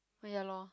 but ya loh